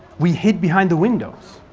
we hid behind the windows.